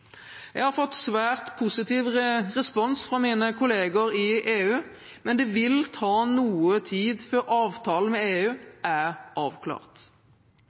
Jeg har fått svært positiv respons fra mine kolleger i EU, men det vil ta noe tid før avtalen med EU er avklart.